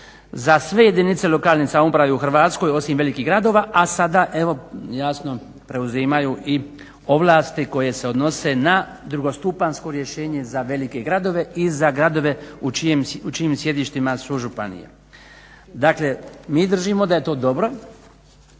za sve jedinice lokalne samouprave u Hrvatskoj, osim velikih gradova, a sada evo jasno preuzimaju i ovlasti koje se odnose na drugostupanjsko rješenje za velike gradove i za gradove u čijem sjedištima su županije. Dakle mi držimo da je to dobro,